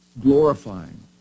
glorifying